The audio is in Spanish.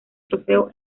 trofeo